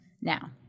Now